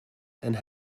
and